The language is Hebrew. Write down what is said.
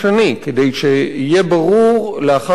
כדי שיהיה ברור לאחר מכן,